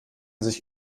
sich